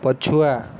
ପଛୁଆ